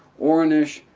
ornish,